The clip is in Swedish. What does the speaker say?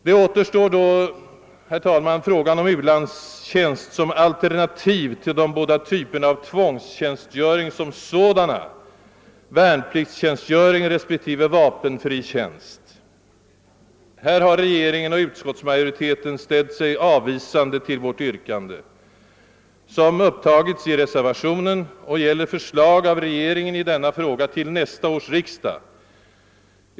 Det återstår då, herr talman, frågan om u-landstjänst som alternativ till de båda typerna av tvångstjänstgöring som sådana: värnpliktstjänstgöring respektive vapenfri tjänst. Här har regeringen och utskottsmajoriteten ställt sig avvisande till vårt yrkande, som har upptagits i reservationen och som begär förslag av regeringen i denna fråga till nästa års riksdag.